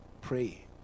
pray